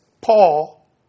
Paul